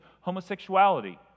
homosexuality